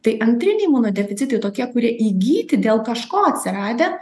tai antriniai imunodeficitai tokie kurie įgyti dėl kažko atsiradę